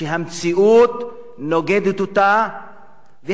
שהמציאות נוגדת אותה,